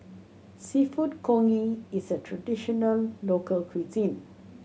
Seafood Congee is a traditional local cuisine